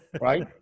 right